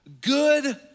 Good